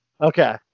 okay